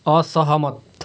असहमत